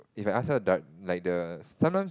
if I ask her dir~ like the sometimes